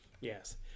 yes